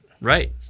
Right